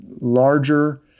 larger